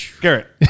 Garrett